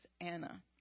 Anna